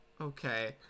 Okay